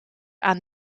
aan